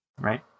Right